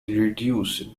reduce